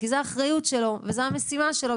כי זו האחריות שלו וזו המשימה שלו.